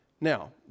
Now